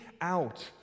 out